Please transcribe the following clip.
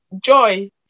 joy